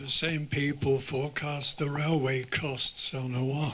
the same people for cost the railway cost so no